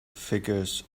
figures